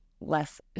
less